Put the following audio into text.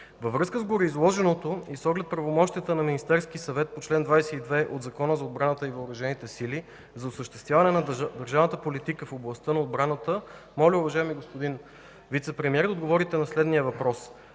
Във връзка с гореизложеното и с оглед правомощията на Министерския съвет по чл. 22 от Закона за отбраната и въоръжените сили за осъществяване на държавната политика в областта на отбраната, моля, уважаеми господин Вицепремиер, да отговорите на следния въпрос: